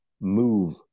move